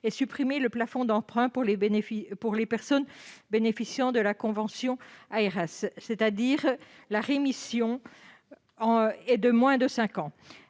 ; supprimer le plafond d'emprunt pour les personnes bénéficiant de la convention Aeras, c'est-à-dire en rémission depuis moins de cinq ans.